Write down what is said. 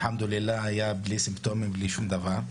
היה בלי סימפטומים, בלי שום דבר.